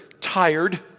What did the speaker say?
tired